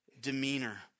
demeanor